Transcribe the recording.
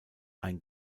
ein